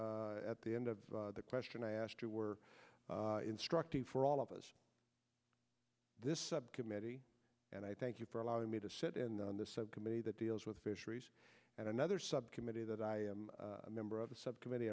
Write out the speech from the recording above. really at the end of the question i asked you were instructing for all of us this subcommittee and i thank you for allowing me to sit in on the subcommittee that deals with fisheries and another subcommittee that i am a member of the subcommittee